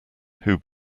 who